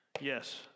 Yes